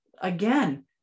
again